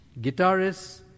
guitarists